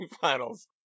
finals